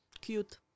cute